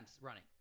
running